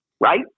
Right